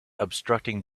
obstructing